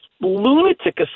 lunatic